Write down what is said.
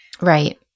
Right